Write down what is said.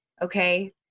Okay